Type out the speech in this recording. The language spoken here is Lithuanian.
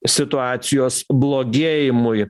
situacijos blogėjimui